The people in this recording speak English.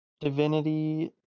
divinity